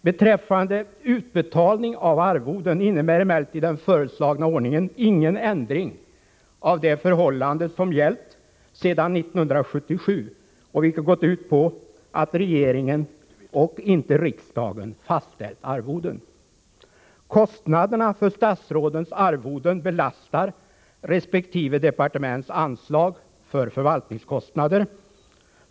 Beträffande utbetalning av arvoden innebär emellertid den föreslagna ordningen ingen ändring av det förhållande som gällt sedan 1977 och vilket gått ut på att regeringen och inte riksdagen fastställt arvoden. Kostnaderna för statsrådens arvoden belastar resp. departements anslag för förvaltningskostnader.